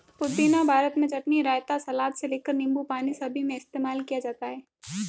पुदीना भारत में चटनी, रायता, सलाद से लेकर नींबू पानी सभी में इस्तेमाल किया जाता है